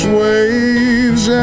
waves